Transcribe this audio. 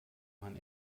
man